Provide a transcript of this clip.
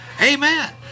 Amen